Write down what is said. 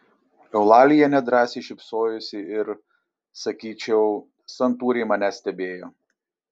eulalija nedrąsiai šypsojosi ir sakyčiau santūriai mane stebėjo